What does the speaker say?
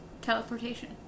teleportation